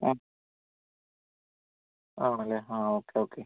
ആ ആണല്ലേ ആ ഓക്കെ ഓക്കെ